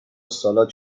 سالاد